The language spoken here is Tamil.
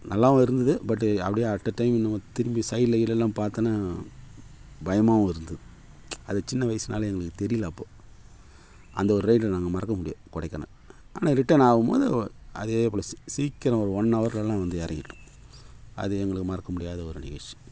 நல்லாவும் இருந்தது பட் அப்படியே அட் எ டைம் திரும்பி சைடில் கீயெடுலல்லாம் பார்த்தோனா பயமாகவும் இருந்தது அது சின்ன வயசுனால் எங்களுக்கு தெரியல அப்போது அந்த ஒரு ரைடை நாங்கள் மறக்க முடியாது கொடைக்கானல் ஆனால் ரிட்டர்ன் ஆகும்போது அதே போல் சீ சீக்கிரம் ஒரு ஒன் ஹவர்லெல்லாம் வந்து இறங்கிட்டோம் அது எங்களுக்கு மறக்க முடியாத ஒரு நிகழ்ச்சி